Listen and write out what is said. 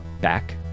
back